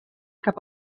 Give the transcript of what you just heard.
cap